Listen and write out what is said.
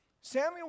Samuel